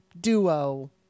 duo